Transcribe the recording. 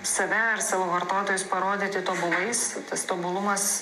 save ar savo vartotojus parodyti tobulais tas tobulumas